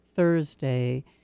Thursday